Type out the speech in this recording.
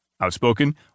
Outspoken